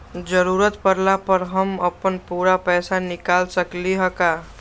जरूरत परला पर हम अपन पूरा पैसा निकाल सकली ह का?